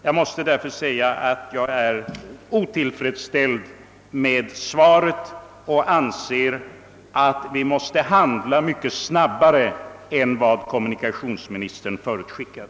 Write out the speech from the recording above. Jag är därför otillfredsställd med svaret och anser att vi måste handla mycket snabbare än vad kommunikationsministern förutskickat.